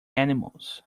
animals